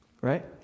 right